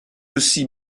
aussi